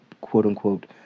quote-unquote